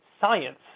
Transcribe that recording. science